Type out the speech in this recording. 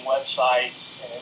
websites